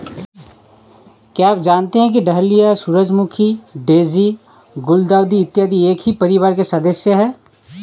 क्या आप जानते हैं कि डहेलिया, सूरजमुखी, डेजी, गुलदाउदी इत्यादि एक ही परिवार के सदस्य हैं